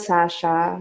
Sasha